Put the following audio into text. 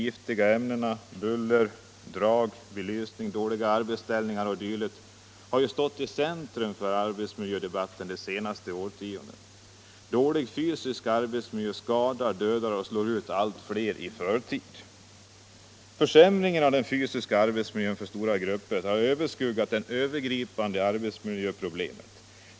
giftiga ämnen, buller, drag, belysning, dåliga arbetsställningar o. d. — har stått i centrum för arbetsmiljödebatten det senaste årtiondet. Dålig fysisk arbetsmiljö skadar, dödar och slår ut allt fler i förtid. Försämring av den fysiska arbetsmiljön för stora grupper har överskuggat det övergripande arbetsmiljöproblemet.